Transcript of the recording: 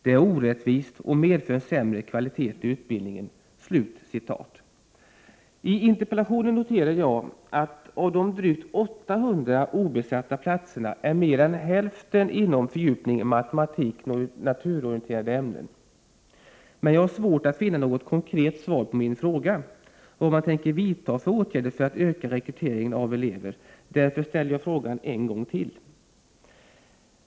Det är orättvist och medför en sämre kvalitet i utbildningen.” I min interpellation noterade jag att av de drygt 800 obesatta platserna är mer än hälften inom fördjupningsalternativet matematik och naturorienterande ämnen. Men jag har svårt att finna något konkret svar på min fråga vad regeringen tänker vidta för åtgärder för att öka rekryteringen av elever. Därför ställer jag frågan en gång till.